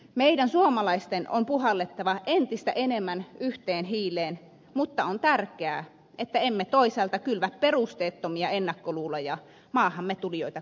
meidän suomalaisten on puhallettava entistä enemmän yhteen hiileen mutta on tärkeää että emme toisaalta kylvä perusteettomia ennakkoluuloja maahamme tulijoita kohtaan